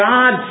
God